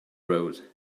road